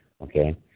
okay